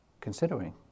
considering